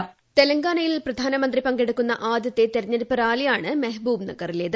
voice തെലങ്കാനയിൽ പ്രധാനമന്ത്രി പങ്കെടുക്കുന്ന ആദ്യത്തെ തെരഞ്ഞെടുപ്പ് റാലിയാണ് മെഹബൂബ് നഗറിലേത്